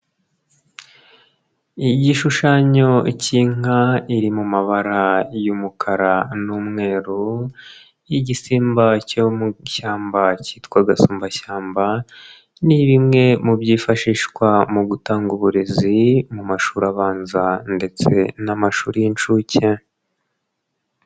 Igishushanyo k'inka iri mu mabara y'umukara n'umweru y'igisimba cyo mu ishyamba cyitwa agasumbashyamba, ni bimwe mu byifashishwa mu gutanga uburezi mu mashuri abanza ndetse n'amashuri y'inshuke.